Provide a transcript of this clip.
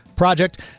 project